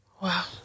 Wow